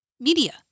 media